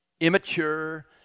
immature